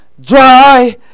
dry